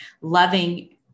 loving